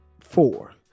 four